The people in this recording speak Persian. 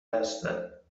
هستند